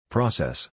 Process